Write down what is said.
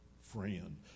friend